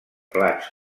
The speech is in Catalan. plats